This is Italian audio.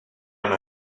una